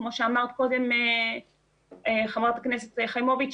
כמו שאמרת קודם ח"כ חיימוביץ',